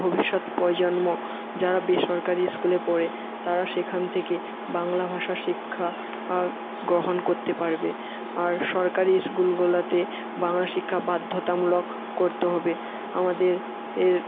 ভবিষ্যৎ প্রজন্ম যারা বেসরকারি স্কুলে পড়ে তারা সেখান থেকে বাংলা ভাষার শিক্ষা গ্রহণ করতে পারবে আর সরকারি স্কুলগুলাতে বাংলা শিক্ষা বাধ্যতামূলক করতে হবে আমাদের এর